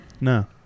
No